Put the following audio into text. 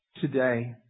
today